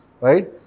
right